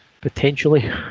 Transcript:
potentially